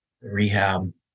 Rehab